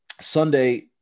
Sunday